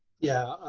yeah,